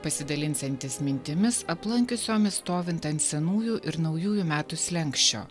pasidalinsiantis mintimis aplankiusiomis stovint ant senųjų ir naujųjų metų slenksčio